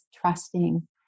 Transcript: trusting